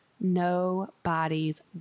Nobody's